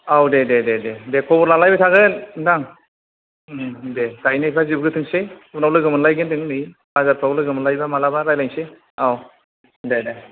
औ दे दे दे दे खबर लालायबाय थागोन नोंथां दे गायनायफ्रा जोबग्रोथोंसै उनाव लोगो मोनलायगोन जों नै बाजारफ्राव लोगो मोनलायबा माब्लाबा रायलायनोसै औ दे दे